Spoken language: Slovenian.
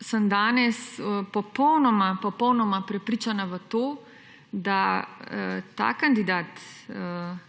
sem danes popolnoma prepričana v to, da ta kandidat